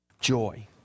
Joy